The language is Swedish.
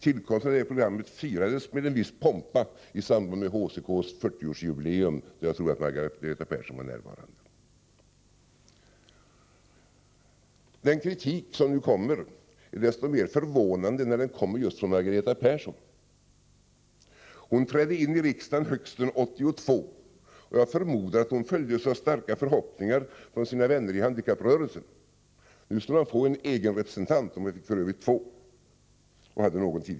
Tillkomsten av programmet firades med en viss pompa i samband med HCK:s 40-årsjubileum, där jag tror att Margareta Persson var närvarande. Den kritik som nu kommer är desto mer förvånande när den just kommer från Margareta Persson. Hon trädde ini riksdagen hösten 1982. Jag förmodar att hon följdes av starka förhoppningar från sina vänner i handikapprörelsen. Nu skulle de få en egen representant; de fick f.ö. två.